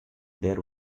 there